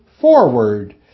forward